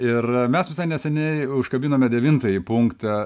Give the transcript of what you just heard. ir mes visai neseniai užkabinome devintąjį punktą